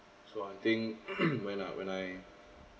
so I think when I when I